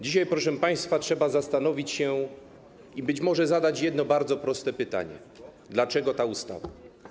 Dzisiaj, proszę państwa, trzeba zastanowić się i być może zadać jedno bardzo proste pytanie: Dlaczego ta ustawa?